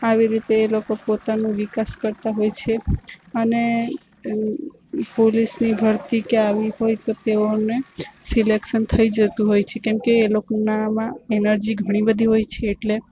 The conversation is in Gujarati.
આવી રીતે એ લોકો પોતાનું વિકાસ કરતા હોય છે અને પુલિસની ભરતી કે આવી હોય તો તેઓને સિલેક્શન થઈ જતું હોય છે કેમકે એ લોકોનામાં એનર્જી ઘણી બધી હોય છે એટલે